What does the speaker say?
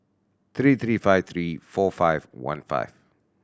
three three five three four five one five